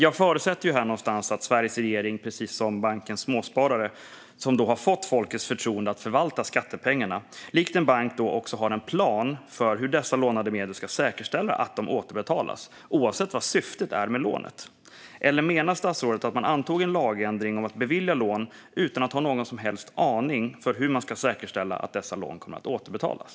Jag förutsätter därför någonstans att Sveriges regering, som har fått folkets förtroende att förvalta skattepengarna, likt en bank också har en plan för hur man ska säkerställa hur dessa lånade medel återbetalas - oavsett vad syftet är med lånet. Eller menar statsrådet att man antog en lagändring om att bevilja lån utan att ha någon som helst aning om hur man ska säkerställa att dessa lån kommer att återbetalas?